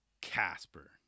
Casper